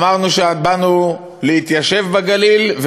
אמרנו שבאנו להתיישב בגליל,